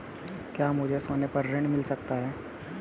क्या मुझे सोने पर ऋण मिल सकता है?